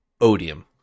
Odium